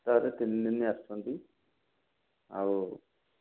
ସପ୍ତାହରେ ତିନିଦିନ ଆସୁଛନ୍ତି ଆଉ